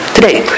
Today